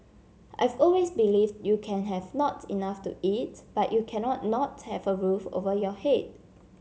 I've always believed you can have not enough to eat but you cannot not have a roof over your head